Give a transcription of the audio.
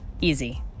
Easy